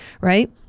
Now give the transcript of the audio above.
right